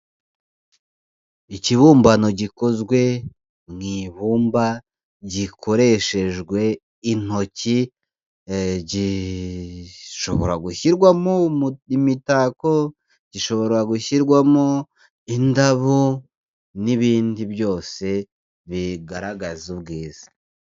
Ikibumbano gikozwe mu ibumba gikoreshejwe intoki, gishobora gushyirwamo imitako, gishobora gushyirwamo indabo, n'ibindi byose bigaragaza ubwiza.